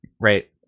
right